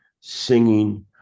singing